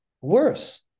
Worse